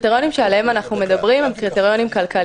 הקריטריונים שעליהם אנחנו מדברים הם כלכליים,